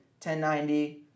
1090